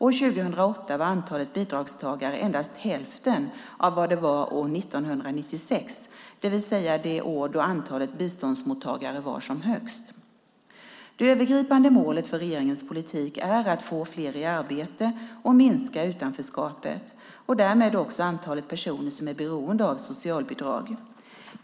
År 2008 var antalet bidragstagare endast hälften av vad det var år 1996, det vill säga det år då antalet biståndsmottagare var som högst. Det övergripande målet för regeringens politik är att få fler i arbete och minska utanförskapet och därmed också antalet personer som är beroende av socialbidrag.